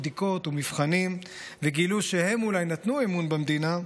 בדיקות ומבחנים וגילו שהם אולי נתנו אמון במדינה,